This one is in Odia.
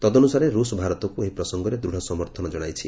ତଦନୁସାରେ ରୁଷ ଭାରତକୁ ଏହି ପ୍ରସଙ୍ଗରେ ଦୂଢ଼ ସମର୍ଥନ ଜଣାଇଛି